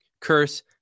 Curse